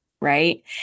right